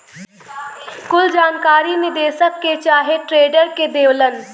कुल जानकारी निदेशक के चाहे ट्रेडर के देवलन